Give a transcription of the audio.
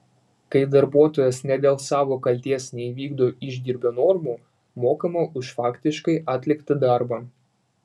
kai darbuotojas ne dėl savo kaltės neįvykdo išdirbio normų mokama už faktiškai atliktą darbą